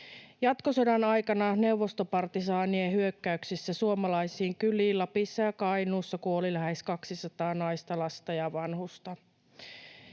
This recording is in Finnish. Jatkosodan aikana neuvostopartisaanien hyökkäyksissä suomalaisiin kyliin Lapissa ja Kainuussa kuoli lähes 200 naista, lasta ja vanhusta.